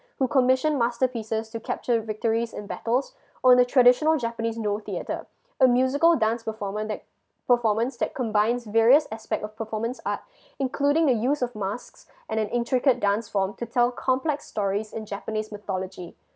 who commission master pieces to capture victories in battles or in a traditional japanese noh theater a musical dance perform~ that performance that combines various aspect of performance art including the use of masks and an intrigued dance form to tell complex stories in japanese mythology